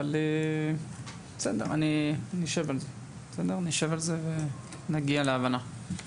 אבל נשב על זה ונגיע להבנה.